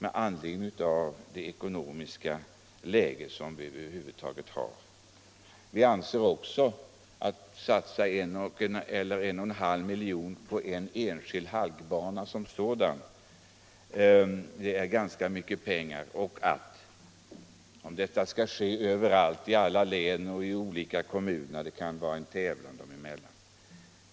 Vi anser också att det är mycket att satsa 1 1/2 milj.kr. på en enda halkbana. Om detta skall ske överallt, i alla län och i olika kommuner, kan det bli en tävlan dem emellan.